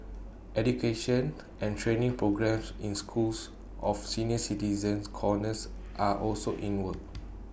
education and training programmes in schools of senior citizen corners are also in works